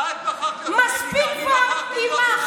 את בחרת, אני בחרתי להיות עם עם ישראל.